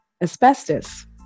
asbestos